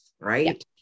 right